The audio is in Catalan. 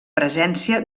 presència